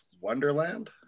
Wonderland